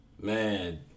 Man